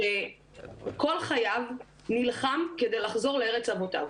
שכל חייו נלחם כדי לחזור לארץ אבותיו.